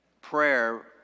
prayer